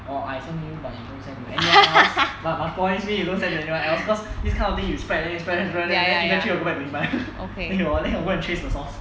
or I send to you but you don't send to anyone else but must promise me you don't send to anyone else because this kind of thing you spread then you spread spread spread then eventually will go back to him lah then he will go go and trace the source